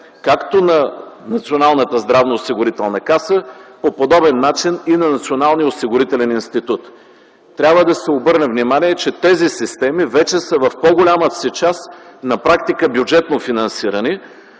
както на Националната здравноосигурителна каса, по подобен начин – и на Националния осигурителен институт. Трябва да се обърне внимание, че тези системи в по-голямата си част на практика са бюджетно финансирани,